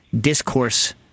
discourse